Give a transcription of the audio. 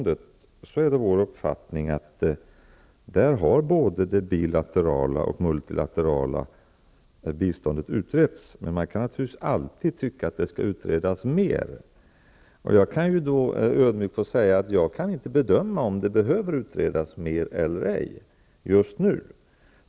Det är vår uppfattning att både det bilaterala och det multilaterala kvinnobiståndet har utretts. Man kan naturligtvis alltid tycka att det bör utredas mer. Jag måste ödmjukt säga att jag inte kan bedöma om det behöver utredas mer eller ej just nu.